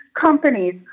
companies